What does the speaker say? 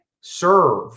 serve